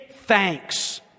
thanks